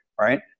right